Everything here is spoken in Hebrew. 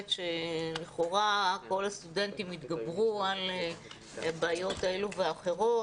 שלכאורה כל הסטודנטים התגברו על בעיות אלו ואחרות.